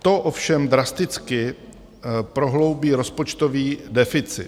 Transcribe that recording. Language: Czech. To ovšem drasticky prohloubí rozpočtový deficit.